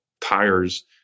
tires